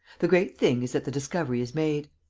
the great thing is that the discovery is made.